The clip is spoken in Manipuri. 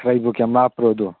ꯁꯔꯩꯕꯨ ꯀꯌꯥꯝ ꯂꯥꯞꯄ꯭ꯔꯣ ꯑꯗꯨ